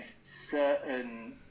certain